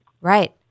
Right